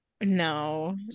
No